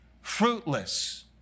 fruitless